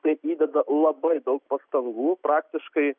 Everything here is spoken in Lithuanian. tai įdeda labai daug pastangų praktiškai